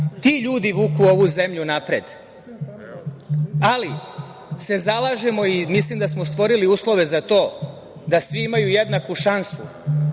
Ti ljudi vuku ovu zemlju napred. Zalažemo se i mislim da smo stvorili uslove za to da svi imaju jednaku šansu